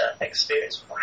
experience